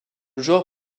joueur